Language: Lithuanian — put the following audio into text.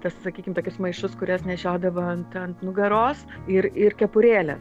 tas sakykim tokius maišus kuriuos nešiodavo ant nugaros ir ir kepurėlę